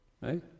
Right